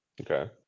Okay